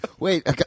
Wait